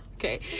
okay